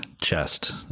chest